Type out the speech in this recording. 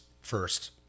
first